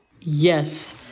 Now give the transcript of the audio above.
Yes